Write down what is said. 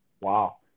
Wow